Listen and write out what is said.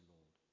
Lord